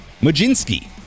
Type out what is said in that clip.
Majinski